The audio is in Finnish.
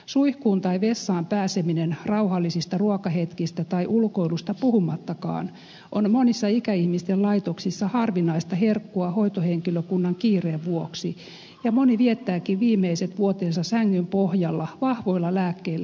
suihkuun tai vessaan pääseminen rauhallisista ruokahetkistä tai ulkoilusta puhumattakaan on monissa ikäihmisten laitoksissa harvinaista herkkua hoitohenkilökunnan kiireen vuoksi ja moni viettääkin viimeiset vuotensa sängyn pohjalla vahvoilla lääkkeillä hiljennettynä